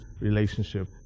relationship